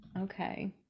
Okay